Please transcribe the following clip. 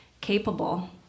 capable